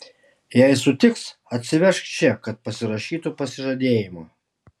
jei sutiks atsivežk čia kad pasirašytų pasižadėjimą